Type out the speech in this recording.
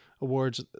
awards